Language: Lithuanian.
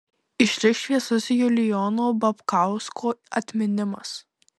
išliks šviesus julijono babkausko atminimas